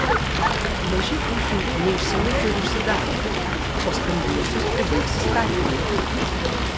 maži ūkiai neišsilaiko ir užsidaro o stambiuosius pribaigs įstatymai